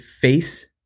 face